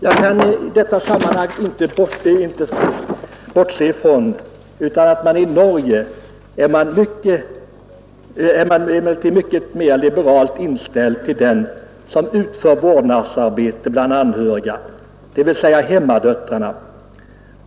Jag kan i detta sammanhang inte bortse från att man i Norge är mera liberalt inställd till dem som utför ett vårdnadsarbete bland anhöriga, dvs. hemmadöttrarna.